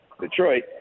Detroit